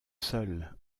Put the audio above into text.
seul